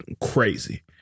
crazy